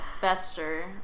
Fester